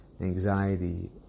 anxiety